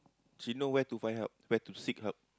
she know where to find help where to seek help